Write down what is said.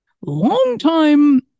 longtime